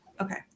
okay